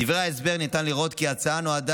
מדברי ההסבר ניתן לראות כי ההצעה נועדה